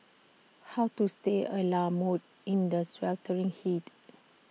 how to stay A la mode in the sweltering heat